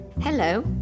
Hello